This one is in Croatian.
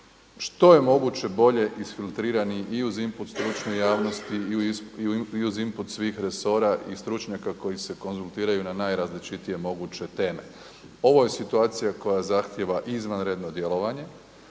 što je moguće isfiltrirani i uz input stručne javnosti i uz input svih resora i stručnjaka koji se konzultiraju na najrazličitije moguće teme. Ovo je situacija koja zahtijeva izvanredno djelovanje.